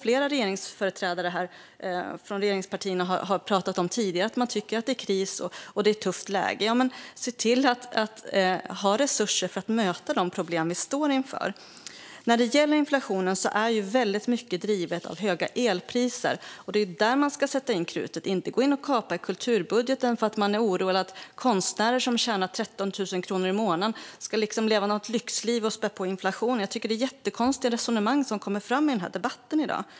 Flera ledamöter från regeringspartierna har tidigare pratat om att de tycker att det är kris och ett tufft läge. Men se då till att ha resurser för att möta de problem som vi står inför! När det gäller inflationen drivs den på väldigt mycket av höga elpriser. Det är där man ska sätta in krutet, inte gå in och kapa i kulturbudgeten för att man är orolig för att konstnärer som tjänar 13 000 kronor i månaden skulle leva något lyxliv och spä på inflationen. Jag tycker att det är ett jättekonstigt resonemang som förs i denna debatt i dag.